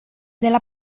della